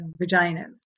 vaginas